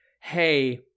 Hey